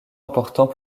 important